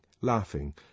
laughing